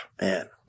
man